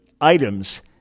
items